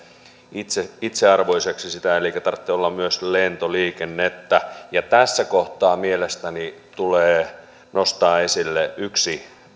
sitä itsearvoiseksi elikkä tarvitsee olla myös lentoliikennettä ja tässä kohtaa mielestäni tulee nostaa esille yksi